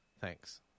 Thanks